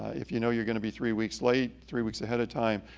if you know you're gonna be three weeks late three weeks ahead of time,